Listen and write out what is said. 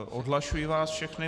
Odhlašuji vás všechny.